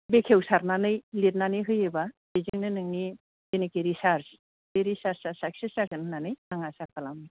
बेखेवसारनानै लेरनानै होयोबा बेजोंनो नोंनि जेनाखि रिसार्स बे रिसार्सया साक्सेस जागोन होन्नानै आं आसा खालामो